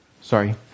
Sorry